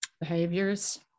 behaviors